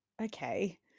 Okay